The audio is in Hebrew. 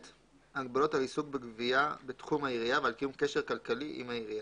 הגבלות על עיסוק בגבייה בתחום העירייה ועל קיום קשר כלכלי עם העירייה.